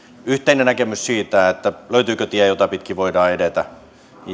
yhteisen näkemyksen siitä löytyykö tie jota pitkin voidaan edetä